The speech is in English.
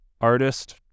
artist